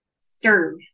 Serve